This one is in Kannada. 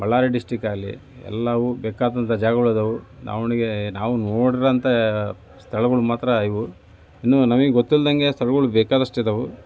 ಬಳ್ಳಾರಿ ಡಿಸ್ಟ್ರಿಕ್ಟಲ್ಲಿ ಎಲ್ಲವೂ ಬೇಕಾದಂಥ ಜಾಗಗಳಿದ್ದಾವೆ ನಾವುನಿಗೆ ನಾವು ನೋಡಿದಂತೆ ಸ್ಥಳಗಳು ಮಾತ್ರ ಇವು ಇನ್ನೂ ನಮಗೆ ಗೊತ್ತಿಲ್ದಂತೆ ಸ್ಥಳಗಳು ಬೇಕಾದಷ್ಟಿದ್ದಾವೆ